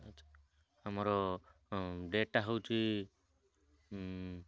ଆମର ଡେଟ୍ଟା ହେଉଛି